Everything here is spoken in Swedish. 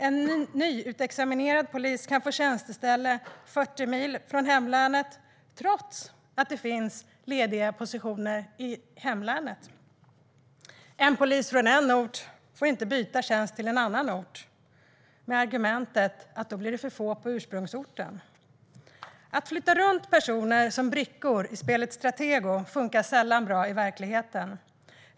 En nyutexaminerad polis kan få tjänsteställe 40 mil från hemlänet trots att det finns vakanta tjänster på hemorten. En polis från en ort får inte byta till en tjänst på en annan ort med argumentet att det då blir för få kvar på ursprungsstället. Att flytta runt personer som brickor i spelet Stratego funkar sällan bra i verkligheten.